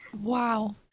Wow